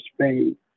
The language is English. Spain